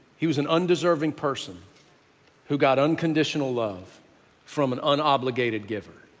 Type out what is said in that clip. he was an undeserving person who got unconditional love from an unobligated giver.